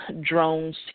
drones